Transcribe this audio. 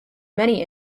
many